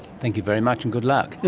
thank you very much and good luck.